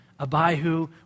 Abihu